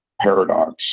paradox